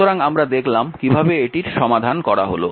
সুতরাং আমরা দেখলাম কীভাবে এটির সমাধান করা হল